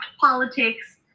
politics